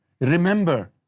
Remember